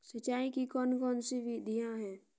सिंचाई की कौन कौन सी विधियां हैं?